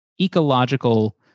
ecological